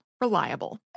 Reliable